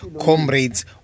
Comrades